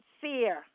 FEAR